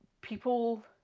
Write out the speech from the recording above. people